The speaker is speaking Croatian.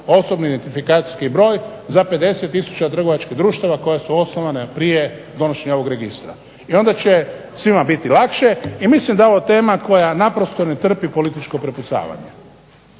osobni identifikacijski broj za 50000 trgovačkih društava koja su osnovana prije donošenja ovog registra. I onda će svima biti lakše. I mislim da je ovo tema koja naprosto ne trpi političko prepucavanje,